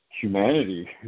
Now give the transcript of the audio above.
Humanity